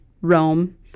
Rome